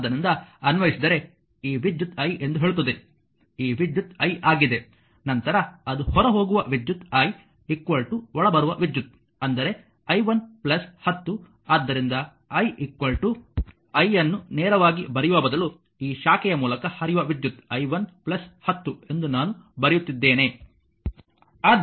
ಆದ್ದರಿಂದ ಅನ್ವಯಿಸಿದರೆ ಈ ವಿದ್ಯುತ್ i ಎಂದು ಹೇಳುತ್ತದೆ ಈ ವಿದ್ಯುತ್ i ಆಗಿದೆ ನಂತರ ಅದು ಹೊರಹೋಗುವ ವಿದ್ಯುತ್ i ಒಳಬರುವ ವಿದ್ಯುತ್ ಅಂದರೆ i 1 10 ಆದ್ದರಿಂದ i i ಅನ್ನು ನೇರವಾಗಿ ಬರೆಯುವ ಬದಲು ಈ ಶಾಖೆಯ ಮೂಲಕ ಹರಿಯುವ ವಿದ್ಯುತ್ i 1 10 ಎಂದು ನಾನು ಬರೆಯುತ್ತಿದ್ದೇನೆ